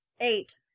Eight